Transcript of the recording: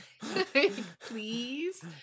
Please